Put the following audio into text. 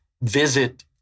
visit